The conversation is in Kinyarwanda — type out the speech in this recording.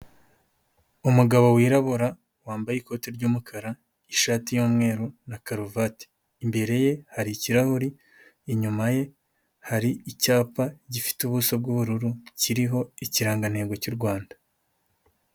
Umugabo wirabura wambaye ikote ry'umukara ishati yu'mweru na karuvati. Imbere ye hari ikirahuri, inyuma ye hari icyapa gifite ubuso bw'ubururu kiriho ikirangantego cy'u Rwanda.